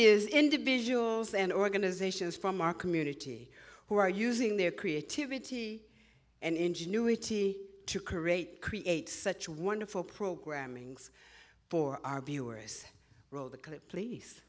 is individuals and organizations from our community who are using their creativity and ingenuity to create create such wonderful programmings for our viewers role that could please